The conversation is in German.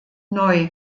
neu